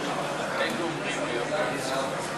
מייד לאחר הכרזת התוצאות